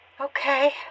Okay